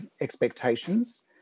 expectations